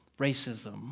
racism